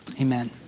amen